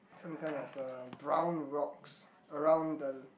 some kind of a round rocks around the